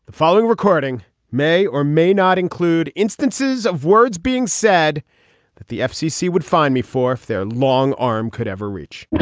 following recording may or may not include instances of words being said that the fcc would find me for if their long arm could ever reach